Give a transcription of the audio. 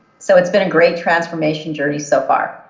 so it's been a great transformation journey so far.